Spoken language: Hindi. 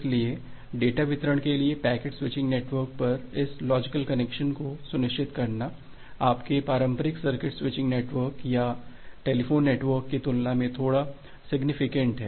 इसलिए डेटा वितरण के लिए पैकेट स्विचिंग नेटवर्क पर इस लॉजिकल कनेक्शन को सुनिश्चित करना आपके पारंपरिक सर्किट स्विचिंग नेटवर्क या टेलीफोन नेटवर्क के तुलना में थोड़ा सिग्निफीकेंट है